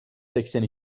seksen